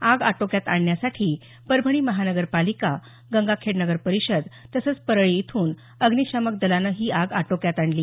आग आटोक्यात आणण्यासाठी परभणी महानगर पालिका गंगाखेड नगर परिषद तसंच परळी इथून अग्निशामक दलानं ही आग आटोक्यात आणली